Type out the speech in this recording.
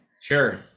Sure